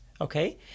Okay